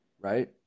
Right